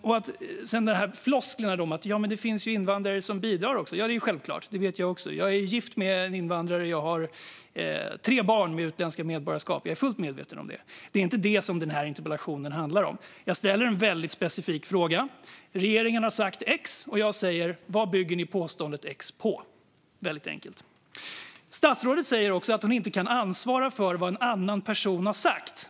Sedan är det flosklerna om att det också finns invandrare som bidrar - ja, det är självklart. Jag är gift med en invandrare, har tre barn med utländska medborgarskap och är fullt medveten om det. Men det är inte det som den här interpellationen handlar om. Jag ställer en väldigt specifik fråga. Regeringen har sagt X, och jag frågar vad ni bygger påståendet X på - väldigt enkelt. Statsrådet säger också att hon inte kan ansvara för vad en annan person har sagt.